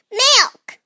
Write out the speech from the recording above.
milk